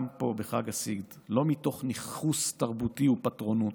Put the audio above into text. גם פה, בחג הסגד, לא מתוך ניכוס תרבותי ופטרונות,